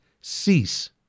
cease